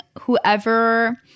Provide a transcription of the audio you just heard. whoever –